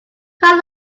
how